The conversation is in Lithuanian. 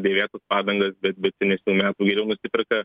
dėvėtas padangas bet bet senesnių metų geriau nusiperka